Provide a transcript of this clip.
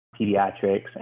pediatrics